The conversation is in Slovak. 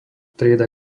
trieda